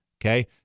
okay